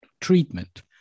treatment